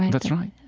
that's right.